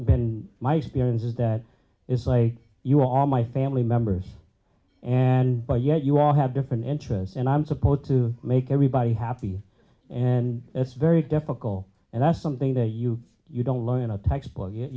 been my experience is that it's like you all my family members and yet you all have different interests and i'm supposed to make everybody happy and it's very difficult and that's something that you you don't learn